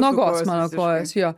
nuogos mano kojos jo